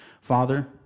Father